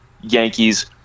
Yankees